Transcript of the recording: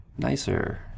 Nicer